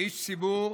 כאיש ציבור,